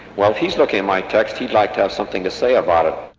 while he's looking at my text, he'd like to have something to say about it.